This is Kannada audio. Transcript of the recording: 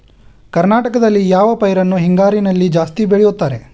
ಕರ್ನಾಟಕದಲ್ಲಿ ಯಾವ ಪೈರನ್ನು ಹಿಂಗಾರಿನಲ್ಲಿ ಜಾಸ್ತಿ ಬೆಳೆಯುತ್ತಾರೆ?